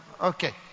Okay